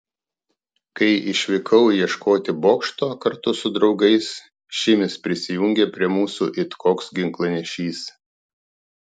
kai išvykau ieškoti bokšto kartu su draugais šimis prisijungė prie mūsų it koks ginklanešys